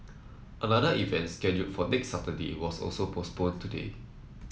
another event scheduled for next Saturday was also postponed today